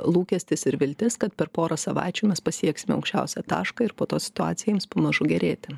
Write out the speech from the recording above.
lūkestis ir viltis kad per pora savaičių mes pasieksime aukščiausią tašką ir po to situacija ims pamažu gerėti